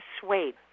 suede